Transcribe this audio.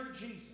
Jesus